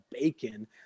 bacon